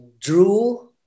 drew